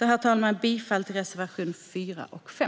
Herr talman! Jag yrkar bifall till reservationerna 4 och 5.